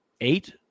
eight